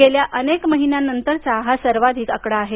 गेल्या अनेक महिन्यांनंतरचा हा सर्वाधिक आकडा आहे